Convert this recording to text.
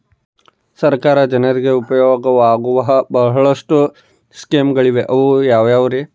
ಸರ್ಕಾರ ಜನರಿಗೆ ಉಪಯೋಗವಾಗೋ ಬಹಳಷ್ಟು ಸ್ಕೇಮುಗಳಿವೆ ಅವು ಯಾವ್ಯಾವ್ರಿ?